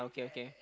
okay okay